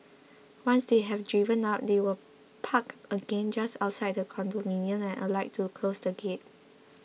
once they have driven out they will park again just outside the condominium and alight to close the gate